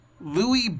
Louis